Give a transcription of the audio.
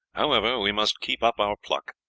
however, we must keep up our pluck.